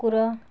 କୁକୁର